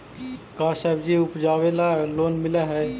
का सब्जी उपजाबेला लोन मिलै हई?